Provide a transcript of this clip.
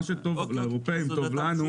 מה שטוב לאירופאים טוב לנו.